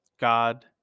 God